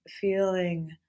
feeling